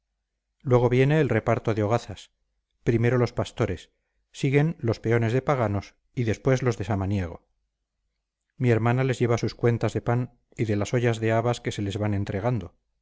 luego viene el reparto de hogazas primero los pastores siguen los peones de paganos y después los de samaniego mi hermana les lleva sus cuentas de pan y de las ollas de habas que se les van entregando